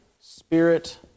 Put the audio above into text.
Spirit